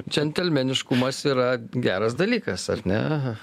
džentelmeniškumas yra geras dalykas ar ne